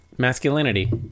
masculinity